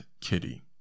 kitty